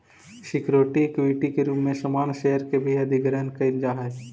security equity के रूप में सामान्य शेयर के भी अधिग्रहण कईल जा हई